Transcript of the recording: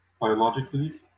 biologically